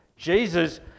Jesus